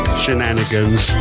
shenanigans